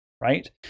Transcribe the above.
right